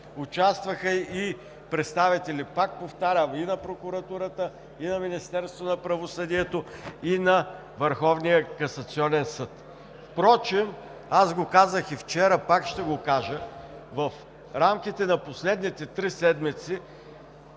Участваха и представители, пак повтарям, и на Прокуратурата и на Министерството на правосъдието, и на Върховния касационен съд. Аз го казах и вчера, пак ще го кажа, в рамките на последните три седмици